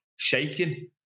Shaking